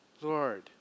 Lord